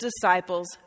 disciples